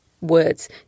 words